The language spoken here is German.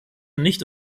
nicht